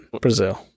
Brazil